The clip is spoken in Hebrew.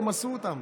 תמסו אותם,